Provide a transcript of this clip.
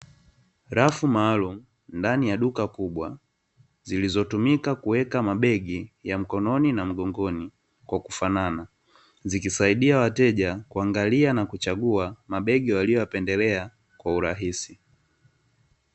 Rafu maalumu ndani ya duka kubwa zilizotumika kuweka mabegi ya mkononi na mgongoni kwa kufanana, zikisaidia wateja kuangalia na kuchagua mabegi waliyoyapendelea kwa urahisi.